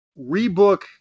rebook